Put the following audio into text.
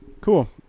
Cool